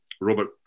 Robert